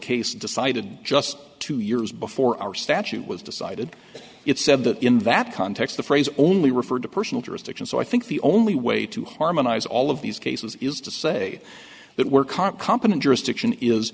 case decided just two years before our statute was decided it said that in that context the phrase only referred to personal jurisdiction so i think the only way to harmonize all of these cases is to say that we're current competent jurisdiction is